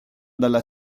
dalla